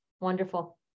Wonderful